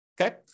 Okay